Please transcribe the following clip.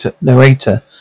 narrator